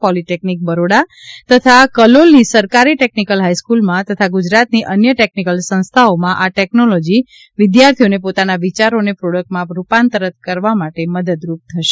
polytechnic Baroda તથા કલોલની સરકારી ટેકનીકલ હાઇસ્કૂલમાં તથા ગુજરાતની અન્ય ટેકનીકલ સંસ્થાઓમાં આ ટેકનોલોજી વિદ્યાર્થીઓને પોતાના વિચારોને પ્રોડકટમાં રૂપાંતર કરવામાં મદદરૂપ થશે